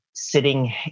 sitting